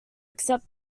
accept